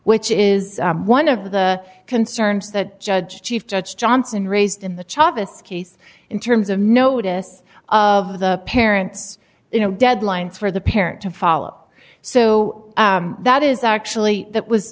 which is one of the concerns that judge chief judge johnson raised in the chavis case in terms of notice of the parents you know deadlines for the parent to follow so that is actually that was